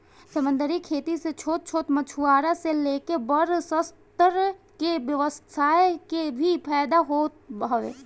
समंदरी खेती से छोट छोट मछुआरा से लेके बड़ स्तर के व्यवसाय के भी फायदा होत हवे